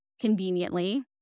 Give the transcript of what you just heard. conveniently